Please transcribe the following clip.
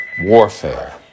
warfare